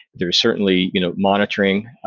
there are certainly you know monitoring.